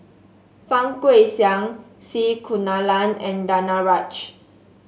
Fang Guixiang C Kunalan and Danaraj